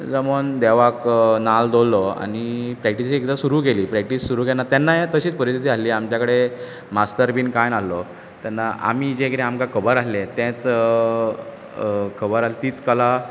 जमोन देवाक नाल्ल दवल्लो आनी प्रॅक्टिसेक एकदां सुरू कली प्रॅक्टीस सुरू केन्ना तेन्नाय तशीच परिस्थिती आसली आमच्या कडेन मास्तर बीन कांय नासलो तेन्ना आमी जें आमकां खबर आसलें तेंच खबर आसली तीच कला